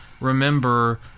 remember